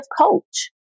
coach